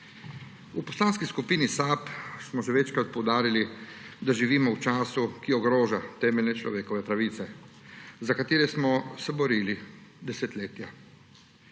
V Poslanski skupini SAB smo že večkrat poudarili, da živimo v času, ki ogroža temeljne človekove pravice, za katere smo se borili desetletja.